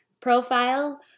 profile